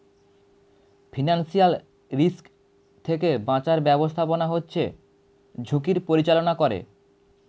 financial risk থেকে বাঁচার ব্যাবস্থাপনা হচ্ছে ঝুঁকির পরিচালনা করে